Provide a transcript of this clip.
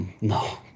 No